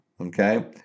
okay